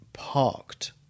Parked